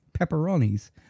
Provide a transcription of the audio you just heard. Pepperonis